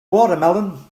watermelon